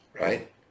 right